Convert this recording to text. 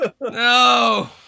no